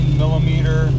millimeter